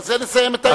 בזה נסיים את העניין.